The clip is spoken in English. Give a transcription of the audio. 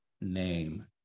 name